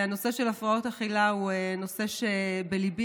והנושא של הפרעות אכילה הוא נושא שבליבי,